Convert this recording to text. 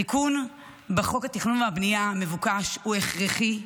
התיקון בחוק התכנון והבנייה המבוקש הוא הכרחי,